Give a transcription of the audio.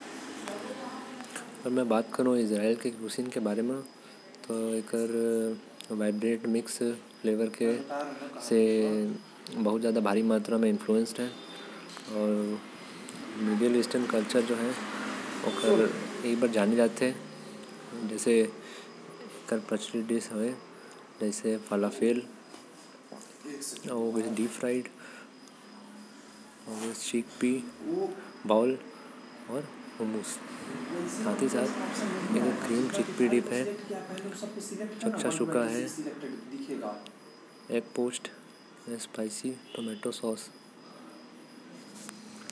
इजराइल मन के बात करब तो एमन जाने जाथे। अपन वाइब्रेंट फ्लेवर के वजह से। इजराइल के प्रमुख खाना म आथे हम्मस फालाफेल अउ सबीच अउ सब हवे। एहि सब वहा के लोग मन ज्यादा खाथे।